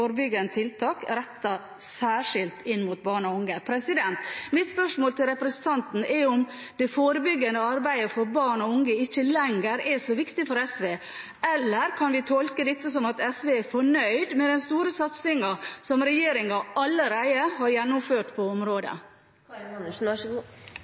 forebyggende tiltak, rettet særskilt inn mot barn og unge. Mitt spørsmål til representanten er om det forebyggende arbeidet for barn og unge ikke lenger er så viktig for SV, eller om vi kan tolke dette som at SV er fornøyd med den store satsingen som regjeringen allerede har gjennomført på